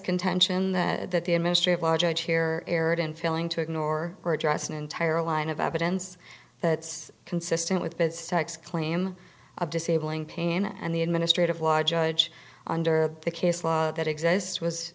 contention that that the administrative law judge here erred in failing to ignore or address an entire line of evidence that's consistent with bits tax claim of disabling pain and the administrative law judge under the case law that exist was